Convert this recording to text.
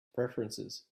preferences